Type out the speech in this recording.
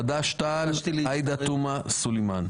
חד"ש-תע"ל עאידה תומא סלימאן.